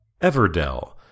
Everdell